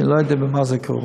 כי אני לא יודע במה זה כרוך.